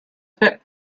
fit